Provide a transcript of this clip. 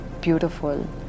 beautiful